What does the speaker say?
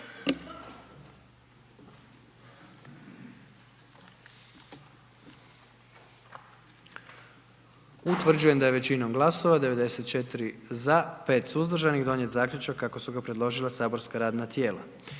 Utvrđujem da je većinom glasova 93 za i 1 suzdržani donijet zaključak kako ga je predložilo matično saborsko radno tijelo.